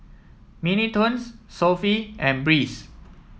Mini Toons Sofy and Breeze